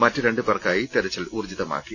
മറ്റ് രണ്ടുപേർക്കായി തെരച്ചിൽ ഊർജ്ജിതമാ ക്കി